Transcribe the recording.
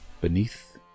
Beneath